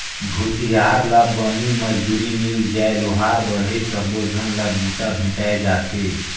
भूथियार ला बनी मजदूरी मिल जाय लोहार बड़हई सबो झन ला बूता भेंटाय जाथे